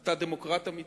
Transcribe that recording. אתה דמוקרט אמיתי,